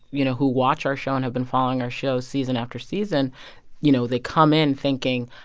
you know, who watch our show and have been following our show season after season you know, they come in thinking,